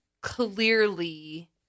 clearly